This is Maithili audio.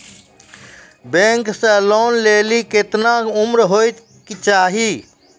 बैंक से लोन लेली केतना उम्र होय केचाही?